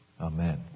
Amen